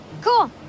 Cool